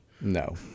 No